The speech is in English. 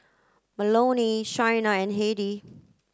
Melonie Shaina and Hedy